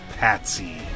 Patsy